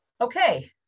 okay